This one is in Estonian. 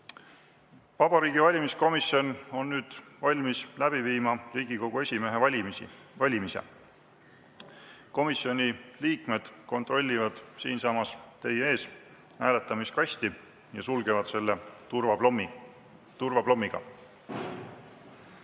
Vabariigi Valimiskomisjon on nüüd valmis läbi viima Riigikogu esimehe valimise. Komisjoni liikmed kontrollivad siinsamas teie ees hääletamiskasti ja sulgevad selle turvaplommiga.